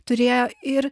turėjo ir